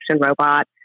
robot